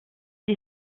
des